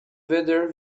whether